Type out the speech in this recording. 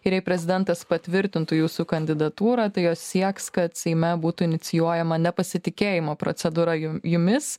ir jei prezidentas patvirtintų jūsų kandidatūrą tai jos sieks kad seime būtų inicijuojama nepasitikėjimo procedūra jum jumis